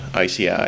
ICI